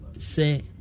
Say